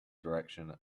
direction